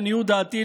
לעניות דעתי,